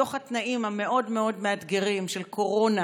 בתוך התנאים המאוד-מאוד מאתגרים של קורונה